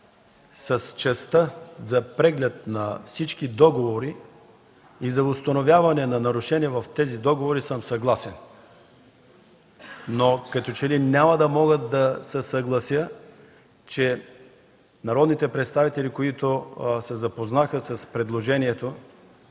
с частта за преглед на всички договори и за установяване на нарушения в тези договори съм съгласен. Но като че ли няма да мога да се съглася, че народните представители, които се запознаха с предложението,